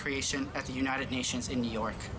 creation at the united nations in new york